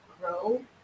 grow